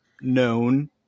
known